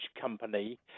company